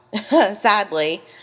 sadly